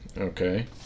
Okay